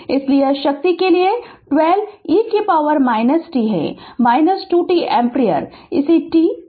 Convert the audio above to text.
इसलिए यह शक्ति के लिए 12 e t है 2 t एम्पीयर इसे t 0 दिया गया है